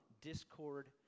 discord